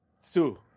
sue